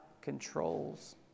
controls